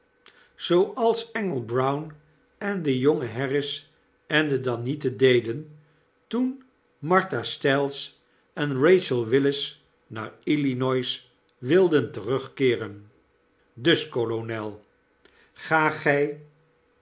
zooals engel brown en dejonge harris en de dannieten deden toen martha styles en bachel willis naar illinois wilden terugkeeren bus kolonel ga gij